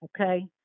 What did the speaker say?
Okay